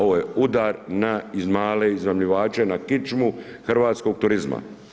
Ovo je udar na male iznajmljivače, na kičmu hrvatskog turizma.